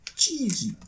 Cheesy